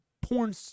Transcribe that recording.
porn